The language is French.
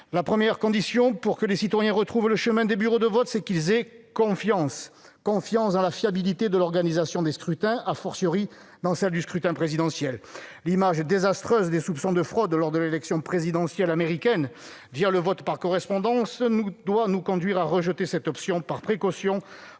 La première condition pour que les citoyens retrouvent le chemin des bureaux de vote est la confiance, notamment dans la fiabilité de l'organisation des scrutins, dans celle du scrutin présidentiel. L'image désastreuse laissée par les soupçons de fraude lors de l'élection présidentielle américaine, à cause du vote par correspondance, doit nous conduire à rejeter cette option : il faut